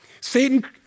Satan